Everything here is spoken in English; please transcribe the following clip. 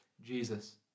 Jesus